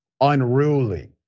unruly